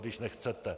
Když nechcete.